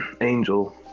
Angel